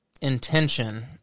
intention